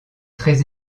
très